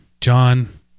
John